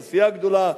בעשייה הגדולה,